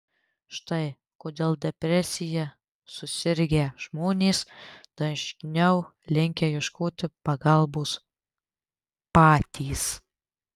štai kodėl depresija susirgę žmonės dažniau linkę ieškoti pagalbos patys